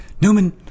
Newman